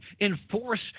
enforce